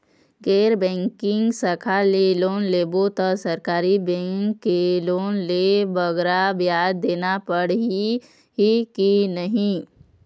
गैर बैंकिंग शाखा ले लोन लेबो ता सरकारी बैंक के लोन ले बगरा ब्याज देना पड़ही ही कि नहीं?